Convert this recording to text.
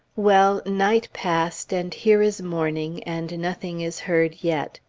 well! night passed, and here is morning, and nothing is heard yet.